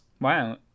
Wow